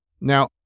Now